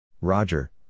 Roger